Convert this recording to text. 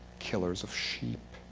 killers of sheep.